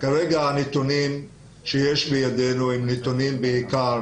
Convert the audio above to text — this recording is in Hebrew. כרגע הנתונים שיש בידינו הם נתונים בעיקר